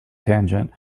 tangent